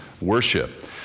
worship